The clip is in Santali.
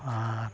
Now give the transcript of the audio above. ᱟᱨ